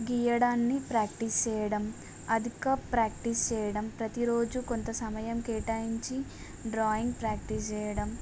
గీయడాన్ని practice చేయడం అదిక practice చేయడం ప్రతిరోజు కొంత సమయం కేటాయించి డ్రాయింగ్ ప్రాక్టీస్ చేేయడం